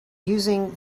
using